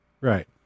Right